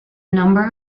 number